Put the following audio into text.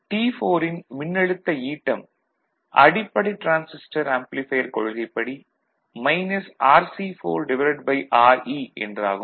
6 V எனவே அந்த நேரத்தில் T4 ன் மின்னழுத்த ஈட்டம் அடிப்படை டிரான்சிஸ்டர் ஆம்பிளிபையர் கொள்கைப்படி மைனஸ் RC4Re என்றாகும்